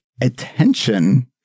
attention